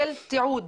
של תיעוד.